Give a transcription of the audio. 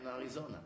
Arizona